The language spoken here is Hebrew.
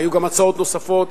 היו גם הצעות נוספות.